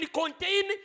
contain